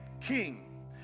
king